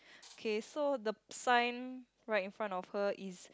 K so the sign right in front of her is